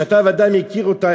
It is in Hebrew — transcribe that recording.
שאתה ודאי מכיר אותה,